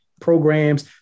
programs